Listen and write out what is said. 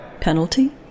Penalty